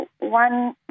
one